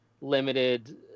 limited